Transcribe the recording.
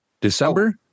December